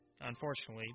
unfortunately